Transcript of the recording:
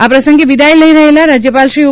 આ પ્રસંગે વિદાય લઈ રહેલાં રાજ્યપાલશ્રી ઓ